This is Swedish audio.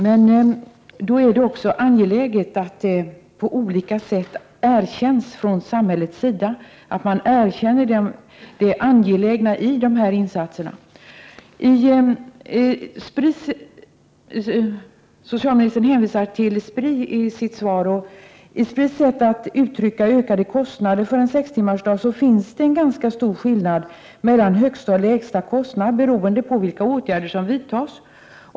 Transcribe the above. Men då är det också viktigt att samhället på olika sätt erkänner det angelägna i de här insatserna. Socialministern hänvisar till Spri i sitt svar. I Spris sätt att uttrycka ökade kostnader för en sextimmarsdag finns det en ganska stor skillnad mellan högsta och lägsta kostnad, beroende på vilka åtgärder som vidtas.